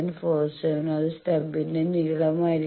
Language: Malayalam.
47 അത് സ്റ്റബിന്റെ നീളം ആയിരിക്കും